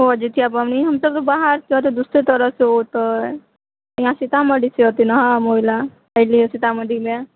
जितिया पाबनि हमसभ तऽ बाहरसँ दूसरे तरहसँ होत हइ इहाँ सीतामढ़ीसँ होतै ने हम ओहिलेल अयली हे सीतामढ़ीमे